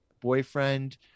boyfriend